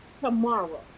tomorrow